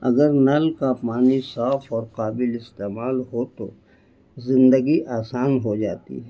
اگر نل کا پانی صاف اور قابل استعمال ہو تو زندگی آسان ہو جاتی ہے